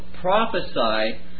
prophesy